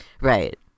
Right